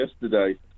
yesterday